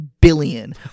billion